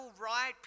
right